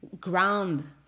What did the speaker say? ground